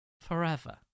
forever